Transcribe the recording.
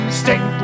stick